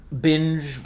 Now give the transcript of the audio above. binge